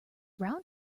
round